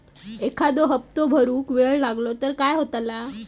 एखादो हप्तो भरुक वेळ लागलो तर काय होतला?